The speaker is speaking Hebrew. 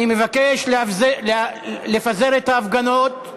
אני מבקש לפזר את ההפגנות.